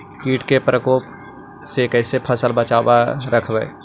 कीट के परकोप से कैसे फसल बचाब रखबय?